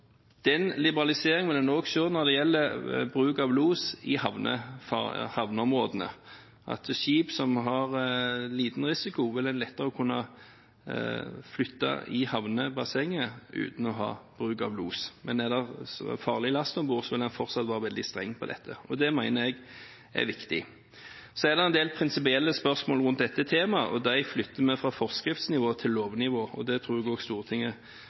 Den liberaliseringen vil en også se når det gjelder bruk av los i havneområdene: Skip som har liten risiko, vil en lettere kunne flytte i havnebassenget uten bruk av los, men er det farlig last om bord, vil en fortsatt være veldig streng på dette. Det mener jeg er viktig. Så er det en del prinsipielle spørsmål rundt dette temaet, og dem flytter vi fra forskriftsnivå til lovnivå. Det tror jeg også Stortinget